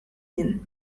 jien